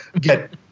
get